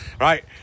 Right